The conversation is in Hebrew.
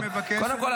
אני מבקש --- קודם כול,